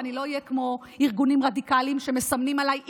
אני לא אהיה כמו ארגונים רדיקליים שמסמנים עליי איקס.